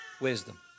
wisdom